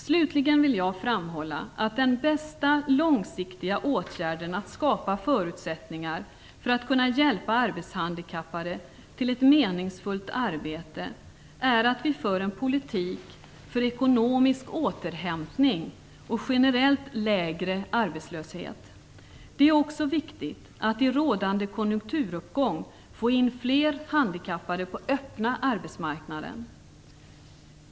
Slutligen vill jag framhålla att den bästa långsiktiga åtgärden för att skapa förutsättningar för att hjälpa arbetshandikappade till ett meningsfullt arbete är att vi för en politik för ekonomisk återhämtning och generellt lägre arbetslöshet. Det är också viktigt att i rådande konjunkturuppgång få in fler handikappade på den öppna arbetsmarknaden.